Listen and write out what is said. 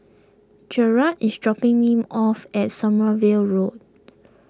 Gerard is dropping me off at Sommerville Road